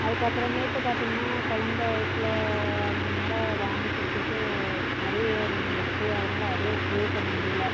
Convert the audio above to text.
அதுக்கப்புறமேட்டு பார்த்திங்கன்னா குழந்தை வயித்தில் இருந்தனால் வாமிட் எடுத்துக்கிட்டு அரியர் விழுந்துருந்துச்சு அதனால அரியர் கிளியர் பண்ண முடியலை